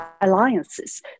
alliances